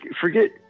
Forget